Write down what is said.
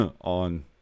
on